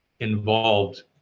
involved